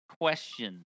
question